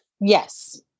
Yes